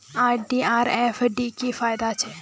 RD आर FD की फ़ायदा छे?